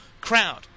crowd